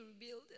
revealed